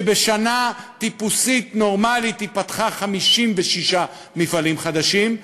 ובשנה טיפוסית נורמלית היא פתחה 56 מפעלים חדשים,